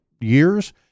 years